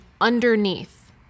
underneath